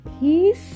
peace